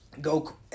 go